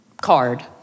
Card